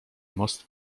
most